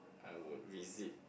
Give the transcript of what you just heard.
I would visit